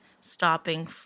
stopping